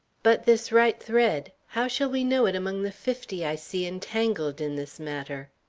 but this right thread? how shall we know it among the fifty i see entangled in this matter?